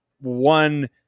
one